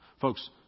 Folks